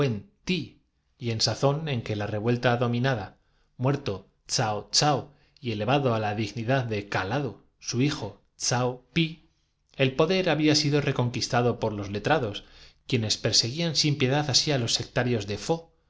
y en sazón en que la revuelta domi habiendo desolado el imperio durante once años un nada muerto tsao tsao y elevado á la dignidad de tao ssé llamado changkio halló contra ella un remedio calado su hijo tsao pi el poder había sido reconquis seguro en cierta agua preparada con unas palabras tado por los letrados quienes perseguían sin piedad misteriosas este charlatán obtuvo fácilmente crédito así á los sectarios de